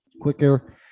quicker